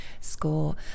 score